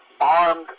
Armed